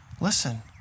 Listen